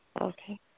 Okay